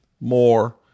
more